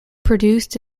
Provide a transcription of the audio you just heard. produced